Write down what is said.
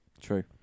True